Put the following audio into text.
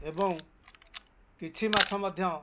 ଏବଂ କିଛି ମାଛ ମଧ୍ୟ